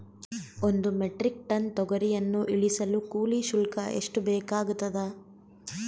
ಒಂದು metric ton ತೊಗರಿಯನ್ನು ಇಳಿಸಲು ಕೂಲಿ ಶುಲ್ಕ ಎಷ್ಟು ಬೇಕಾಗತದಾ?